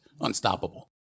unstoppable